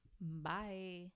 Bye